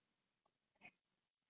oh macritche okay